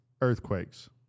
earthquakes